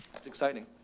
it's exciting.